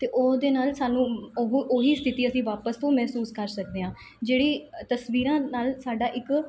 ਅਤੇ ਉਹਦੇ ਨਾਲ ਸਾਨੂੰ ਉਹ ਉਹੀ ਸਥਿਤੀ ਅਸੀਂ ਵਾਪਸ ਤੋਂ ਮਹਿਸੂਸ ਕਰ ਸਕਦੇ ਹਾਂ ਜਿਹੜੀ ਤਸਵੀਰਾਂ ਨਾਲ ਸਾਡਾ ਇੱਕ